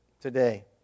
today